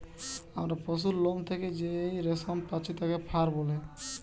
আমরা পশুর লোম থেকে যেই রেশম পাচ্ছি তাকে ফার বলে